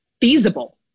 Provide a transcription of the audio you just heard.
feasible